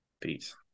Peace